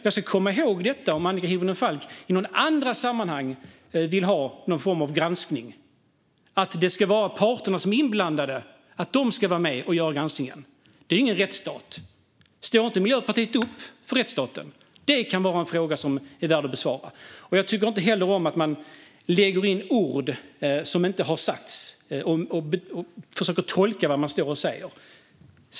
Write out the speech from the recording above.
Jag ska komma ihåg detta om Annika Hirvonen Falk i något annat sammanhang vill ha någon form av granskning, det vill säga att inblandade parter ska göra granskningen. Det här är ingen rättsstat. Står inte Miljöpartiet upp för rättsstaten? Det kan vara en fråga värd att besvara. Jag tycker inte heller om att ord läggs i mun som inte har sagts och att man försöker tolka vad jag säger.